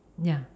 ya